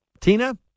tina